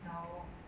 now